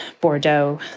Bordeaux